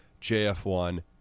JF1